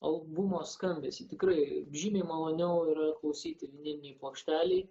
albumo skambesį tikrai žymiai maloniau yra klausyti nei plokštelei